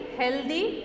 healthy